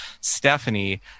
Stephanie